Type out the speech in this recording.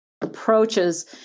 Approaches